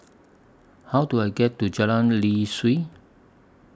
How Do I get to Jalan Lye Kwee